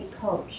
coach